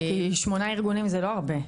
כי שמונה ארגונים זה לא הרבה.